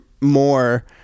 more